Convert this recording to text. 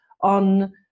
on